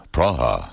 Praha